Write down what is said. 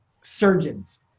surgeons